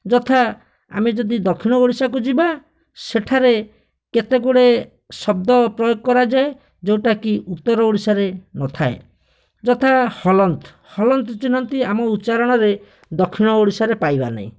ଯଥା ଆମେ ଯଦି ଦକ୍ଷିଣ ଓଡ଼ିଶାକୁ ଯିବା ସେଠାରେ କେତେଗୁଡ଼ିଏ ଶବ୍ଦ ପ୍ରୟୋଗ କରାଯାଏ ଯେଉଁଟାକି ଉତ୍ତର ଓଡ଼ଶାରେ ନଥାଏ ଯଥା ହଳନ୍ତ୍ ହଳନ୍ତ୍ ଚିହ୍ନଟି ଆମ ଉଚ୍ଚାରଣରେ ଦକ୍ଷିଣ ଓଡ଼ିଶାରେ ପାଇବା ନାହିଁ